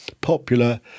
popular